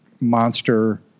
monster